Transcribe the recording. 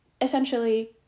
Essentially